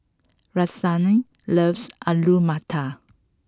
Rahsaan loves Alu Matar